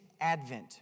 Advent